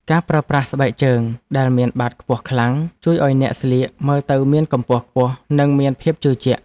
ការប្រើប្រាស់ស្បែកជើងដែលមានបាតខ្ពស់ខ្លាំង ជួយឱ្យអ្នកស្លៀកមើលទៅមានកម្ពស់ខ្ពស់និងមានភាពជឿជាក់។